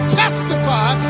testify